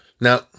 Now